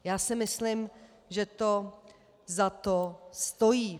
Já si myslím, že to za to stojí.